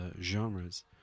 genres